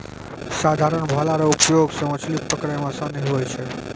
साधारण भाला रो प्रयोग से मछली पकड़ै मे आसानी हुवै छै